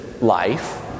life